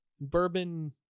Bourbon